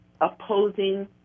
opposing